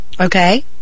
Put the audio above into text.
Okay